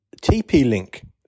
TP-Link